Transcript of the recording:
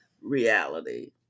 reality